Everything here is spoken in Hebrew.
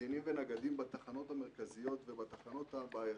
קצינים ונגדים בתחנות המרכזיות ובתחנות הבעייתיות,